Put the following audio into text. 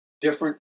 Different